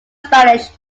spanish